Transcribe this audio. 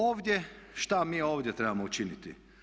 Ovdje, šta mi ovdje trebamo učiniti?